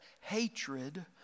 hatred